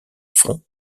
front